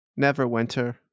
Neverwinter